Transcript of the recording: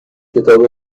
کتاب